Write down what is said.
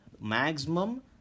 maximum